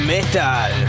Metal